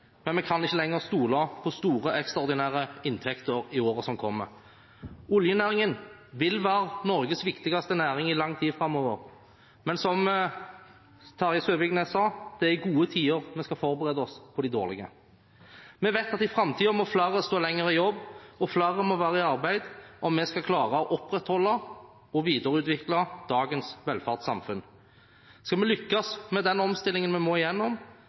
men vi kan ikke lenger stole på store, ekstraordinære inntekter i årene som kommer. Oljenæringen vil være Norges viktigste næring i lang tid framover, men som statsråd Terje Søviknes sa: Det er i gode tider vi skal forberede oss på de dårlige. Vi vet at i framtiden må flere stå lenger i jobb, og flere må være i arbeid om vi skal klare å opprettholde og videreutvikle dagens velferdssamfunn. Skal vi lykkes med den omstillingen vi må